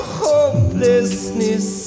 hopelessness